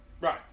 Right